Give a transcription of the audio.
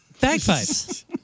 Bagpipes